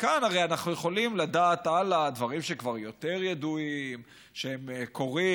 ומכאן הרי אנחנו יכולים לדעת הלאה דברים שכבר יותר ידוע שהם קורים,